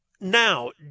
Now